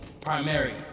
Primary